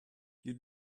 you